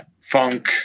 funk